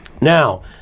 Now